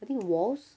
I think walls